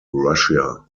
russia